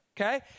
Okay